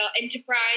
enterprise